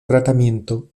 tratamiento